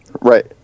Right